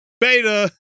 beta